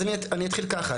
אז אני אתחיל ככה,